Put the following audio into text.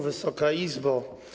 Wysoka Izbo!